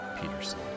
Peterson